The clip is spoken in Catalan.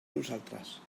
nosaltres